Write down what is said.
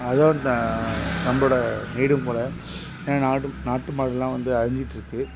அதாவது இந்த நம்மளோட நீடும் கூட ஏன்னால் நாட்டும் நாட்டு மாடெல்லாம் வந்து அழிஞ்சிட்ருக்கு